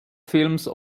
films